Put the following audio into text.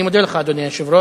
אני מודה לך, אדוני היושב-ראש,